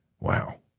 wow